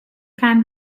can